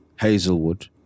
Hazelwood